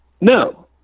No